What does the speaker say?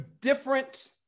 different